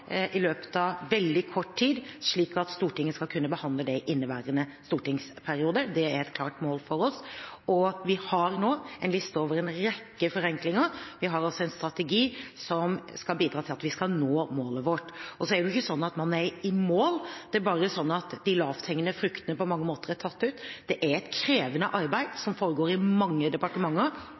i aksjeloven i løpet av veldig kort tid, slik at Stortinget skal kunne behandle det i inneværende stortingsperiode. Det er et klart mål for oss. Vi har nå en liste over en rekke forenklinger. Vi har en strategi som skal bidra til at vi vil nå målet vårt. Så er det jo ikke slik at man er i mål, det er bare slik at de lavthengende fruktene på mange måter er tatt ut. Det er et krevende arbeid, som foregår i mange departementer.